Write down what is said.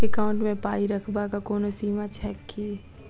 Account मे पाई रखबाक कोनो सीमा छैक की?